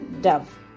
dove